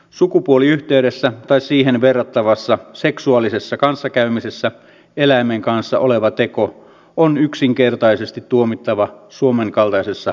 sukupuoliyhteydessä tai siihen verrattavassa seksuaalisessa kanssakäymisessä eläimen kanssa olevan teko on yksinkertaisesti tuomittava suomen kaltaisessa sivistysvaltiossa